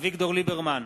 אביגדור ליברמן,